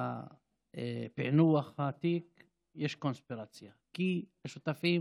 ובפענוח התיק יש קונספירציה כי שותפים